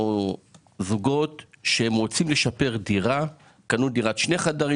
או זוגות שרוצים לשפר דירה; שקנו דירת שני חדרים